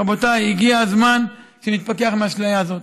רבותיי, הגיע הזמן שנתפכח מהאשליה הזאת.